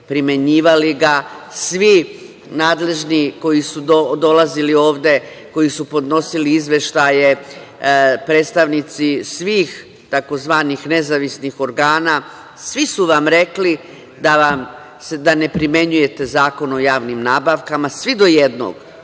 primenjivali ga. Svi nadležni koji su dolazili ovde, koji su podnosili izveštaje, predstavnici svih tzv. nezavisnih organa, svi su vam rekli da ne primenjujete Zakon o javnim nabavkama, svi do jednog.